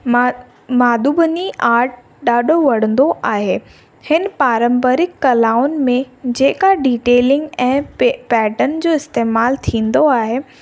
मां माधुबनी आट ॾाढो वणंदो आहे हिन पारम्परिकु कलाउनि में जेका डिटेलिंग ऐं पे पैटन जो इस्तेमालु थींदो आहे